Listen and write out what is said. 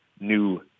new